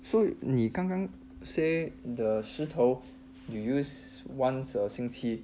so 你刚刚 say the 石头 you use once a 星期